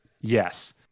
Yes